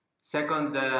second